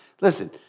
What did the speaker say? Listen